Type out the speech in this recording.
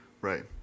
Right